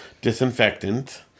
disinfectant